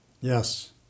Yes